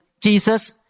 Jesus